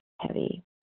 heavy